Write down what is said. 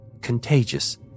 contagious